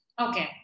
Okay